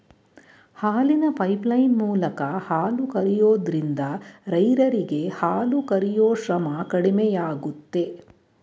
ಹಾಲಿನ ಪೈಪ್ಲೈನ್ ಮೂಲಕ ಹಾಲು ಕರಿಯೋದ್ರಿಂದ ರೈರರಿಗೆ ಹಾಲು ಕರಿಯೂ ಶ್ರಮ ಕಡಿಮೆಯಾಗುತ್ತೆ